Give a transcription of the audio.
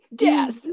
Yes